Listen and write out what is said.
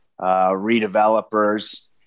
redevelopers